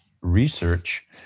research